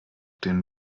den